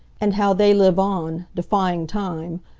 and how they live on, defying time,